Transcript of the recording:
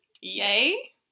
Yay